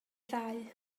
ddau